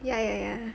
ya ya ya